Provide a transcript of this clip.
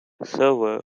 server